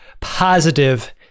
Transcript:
positive